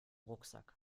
rucksack